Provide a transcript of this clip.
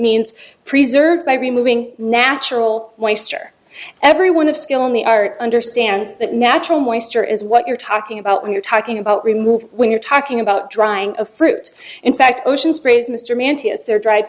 means preserved by removing natural waster everyone of skill in the art understands that natural moisture is what you're talking about when you're talking about removed when you're talking about drying of fruit in fact ocean sprays mr mantis there dri